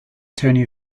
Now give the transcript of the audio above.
tony